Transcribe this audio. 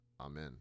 amen